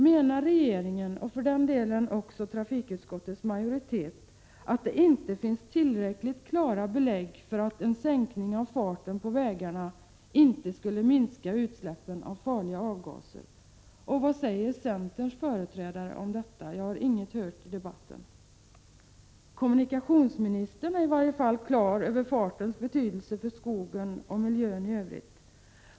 Menar regeringen och för den delen också trafikutskottets majoritet att det inte finns tillräckligt klara belägg för att en sänkning av farten på vägarna skulle minska utsläppen av farliga avgaser? Vad säger centerns företrädare om detta? Jag har inget hört i debatten. Kommunikationsministern är i varje fall klar över fartens betydelse för skogen och miljön i övrigt.